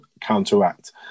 counteract